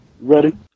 ready